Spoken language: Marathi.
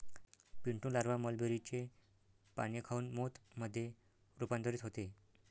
पिंटू लारवा मलबेरीचे पाने खाऊन मोथ मध्ये रूपांतरित होते